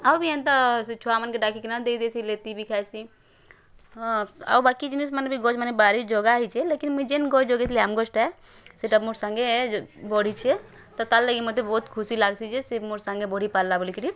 ଆଉ ବି ଏନ୍ତା ସେ ଛୁଆମାନଙ୍କେ ଡ଼ାକି କିନା ଦେଇ ଦେସି ଲେତି ବି ଖାଇସି ହଁ ଆଉ ବାକି ଜିନିଷ୍ ମାନେ ବି ଗଛ ମାନେ ବାଡ଼ି ଜଗା ହେଇଛେ ଲେକିନ୍ ମୁଇଁ ଯେନ୍ ଗଛ୍ ଜଗିଥିଲି ଆମ୍ବ୍ ଗଛ୍ ଟା ସେଟା ମୋର୍ ସାଙ୍ଗେ ବଢ଼ିଛେ ତ ତାର୍ ଲାଗି ମତେ ବହୁତ୍ ଖୁସି ଲାଗସି ଯେ ସେ ମୋର୍ ସାଙ୍ଗେ ବଢ଼ି ପାରଲା ବୋଲିକିରି